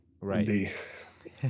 right